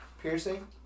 Piercing